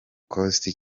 coast